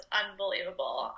unbelievable